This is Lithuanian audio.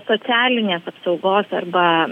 socialinės apsaugos arba